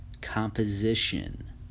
composition